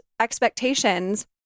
expectations